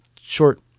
short